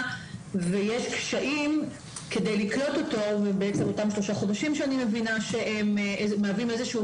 ויש קשיים כדי לקלוט אותו אותם שלושה חודשים שאני מבינה מהווים איזשהו